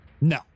No